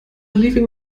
leaving